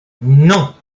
non